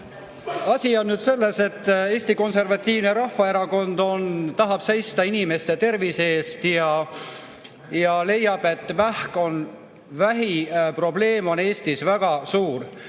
Asi on nüüd selles, et Eesti Konservatiivne Rahvaerakond tahab seista inimeste tervise eest ja leiab, et vähiprobleem on Eestis väga suur.